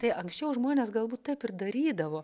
tai anksčiau žmonės galbūt taip ir darydavo